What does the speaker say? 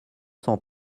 cent